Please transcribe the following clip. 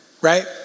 right